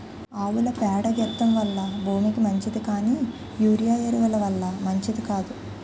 ఆవుల పేడ గెత్తెం వల్ల భూమికి మంచిది కానీ యూరియా ఎరువు ల వల్ల మంచిది కాదు